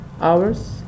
hours